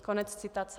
Konec citace.